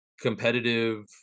competitive